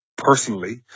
Personally